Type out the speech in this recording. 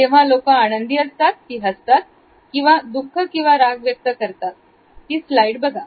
जेव्हा लोक आनंदी असतात ती हस्तात किंवा दुःख किंवा राग व्यक्त करतात ती स्लाईड बघा